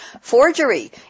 forgery